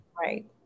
Right